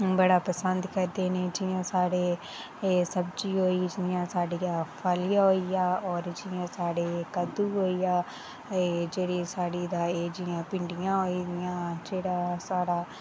बड़ा पसंद करदे न जि'यां साढ़े एह् सब्जी होई जि'यां साढ़िया फल्लिया होई गेइयां होर जियां साढ़े कद्दू होई गेआ ते एह् जेह्ड़ी साढ़ी एह् ता भिंड्डियां होइयां जेह्ड़ा साढ़ा